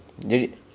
then